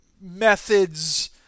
methods